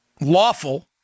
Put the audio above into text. lawful